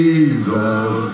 Jesus